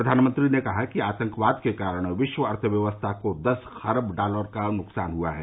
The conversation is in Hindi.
प्रधानमंत्री ने कहा कि आतंकवाद के कारण विश्व अर्थव्यवस्था को दस खरब डॉलर का नुकसान हुआ है